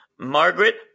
Margaret